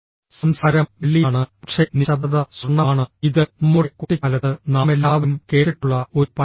സംസാരം വെള്ളിയാണ് പക്ഷേ നിശബ്ദത സ്വർണ്ണമാണ് ഇത് നമ്മുടെ കുട്ടിക്കാലത്ത് നാമെല്ലാവരും കേട്ടിട്ടുള്ള ഒരു പഴഞ്ചൊല്ലാണ്